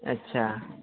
अच्छा